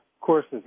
courses